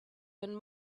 when